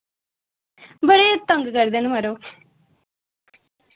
बड़े तंग करदे न मड़ो